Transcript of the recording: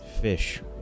fish